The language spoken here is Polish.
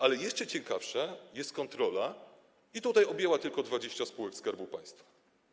Ale jeszcze ciekawsza jest kontrola, która objęła tylko 20 spółek Skarbu Państwa.